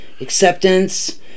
acceptance